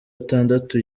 atandatu